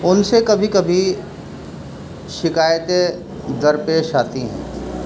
ان سے کبھی کبھی شکایتیں درپیش آتی ہیں